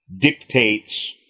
dictates